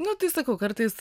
nu tai sakau kartais